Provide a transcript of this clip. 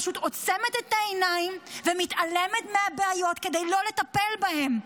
פשוט עוצמת את העיניים ומתעלמת מהבעיות כדי לא לטפל בהן.